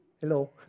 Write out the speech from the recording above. Hello